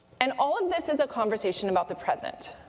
and all of this is a conversation about the present.